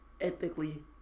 ethically